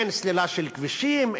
אין סלילה של כבישים,